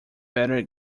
better